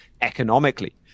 Economically